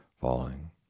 falling